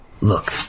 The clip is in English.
Look